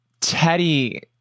Teddy